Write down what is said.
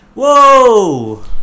Whoa